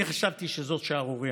אני חשבתי שזאת שערורייה.